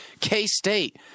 K-State